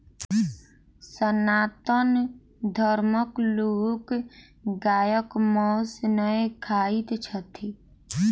सनातन धर्मक लोक गायक मौस नै खाइत छथि